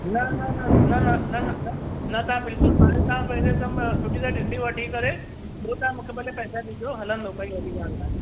न न न न न न न न तव्हां बिल्कुलु तव्हां हाणे तव्हां पंहिंजे दमु सुठी शइ ॾिसी वठी करे पोइ तव्हां मूंखे भले पैसा ॾिजो हलंदो काई वॾी ॻाल्हि न आहे